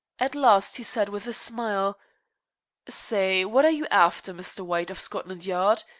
at last he said with a smile say, what are you after, mr. white of scotland yard?